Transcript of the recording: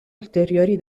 ulteriori